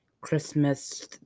Christmas